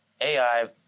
AI